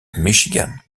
michigan